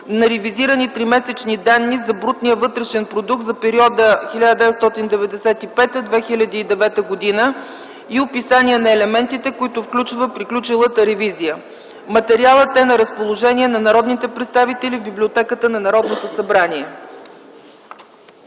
на ревизирани тримесечни данни за брутния вътрешен продукт за периода 1995 – 2009 г. и описание на елементите, които включва приключилата ревизия. Материалът е на разположение на народните представители в библиотеката на Народното събрание.